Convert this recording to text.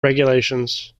regulations